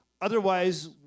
Otherwise